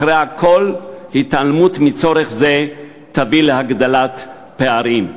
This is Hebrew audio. אחרי הכול, התעלמות מצורך זה תביא להגדלת פערים.